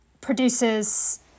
produces